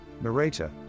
narrator